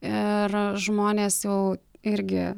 ir žmonės jau irgi